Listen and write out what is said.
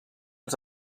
els